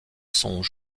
sont